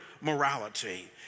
morality